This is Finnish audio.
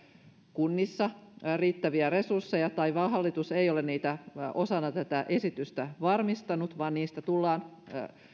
kunnissa riittäviä resursseja tai hallitus ei ole niitä osana tätä esitystä varmistanut vaan niistä tullaan